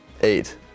Eight